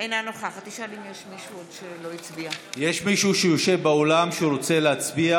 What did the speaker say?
אינה נוכחת יש מישהו שיושב באולם שרוצה להצביע